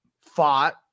fought